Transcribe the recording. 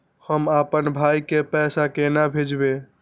हम आपन भाई के पैसा केना भेजबे?